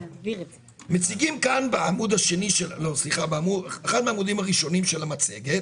מציגים באחד העמודים הראשונים של המצגת